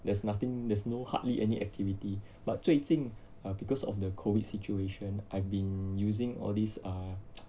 there's nothing there's no hardly any activity but 最近 err because of the COVID situation I've been using all these ah